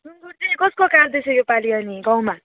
सुँगुर चाहिँ कसको काट्दैछ योपालि अनि गाउँमा